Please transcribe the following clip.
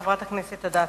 חברת הכנסת אדטו,